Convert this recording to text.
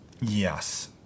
Yes